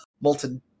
Molten